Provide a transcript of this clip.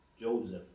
Joseph